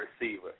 receiver